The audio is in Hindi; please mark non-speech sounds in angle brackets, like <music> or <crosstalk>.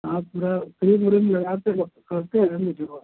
हाँ पूरा क्रीम ओरिम लगाते वक्त करते हैं <unintelligible>